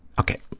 okay,